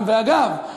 ואגב,